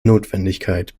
notwendigkeit